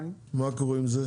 מה קורה עם זה?